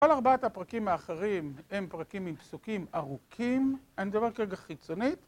כל ארבעת הפרקים האחרים הם פרקים עם פסוקים ארוכים, אני מדבר כרגע חיצונית